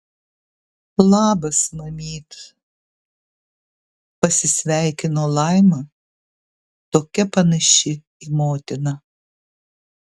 labas mamyt pasisveikino laima tokia panaši į motiną